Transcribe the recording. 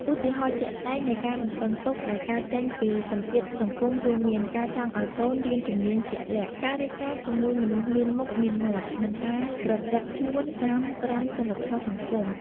ឧទាហរណ៍ជាក់ស្ដែងនៃការរំពឹងទុកដែលកើតចេញពីសម្ពាធសង្គមរួមមាន ការចង់ឲ្យកូនរៀនជំនាញជាក់លាក់ ការរៀបការជាមួយមនុស្សមានមុខមានមាត់ និងការប្រព្រឹត្តខ្លួនតាមក្រមសីលធម៌សង្គម។